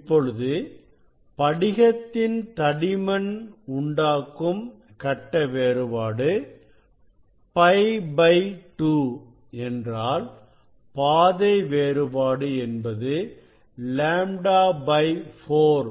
இப்பொழுது படிகத்தின் தடிமன் உண்டாக்கும் கட்ட வேறுபாடு π 2 என்றாள் பாதை வேறுபாடு என்பது λ 4